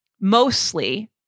mostly